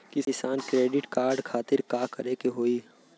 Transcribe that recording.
किसान credit card खातिर का करे के होई?